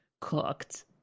cooked